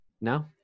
No